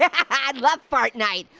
yeah ah love fartnite.